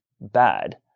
bad